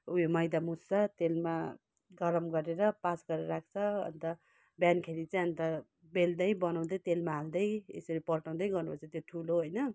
उयो मैदा मुस्छ तेलमा गरम गरेर पाज गरेर राख्छ अन्त बिहानखेरि चाहिँ अन्त बेल्दै बनाउँदै तेलमा हाल्दै यसरी पल्टाउँदै गर्नु पर्छ त्यो ठुलो होइन